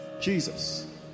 Jesus